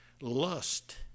Lust